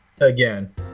Again